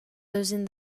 losing